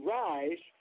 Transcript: rise